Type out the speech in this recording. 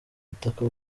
butaka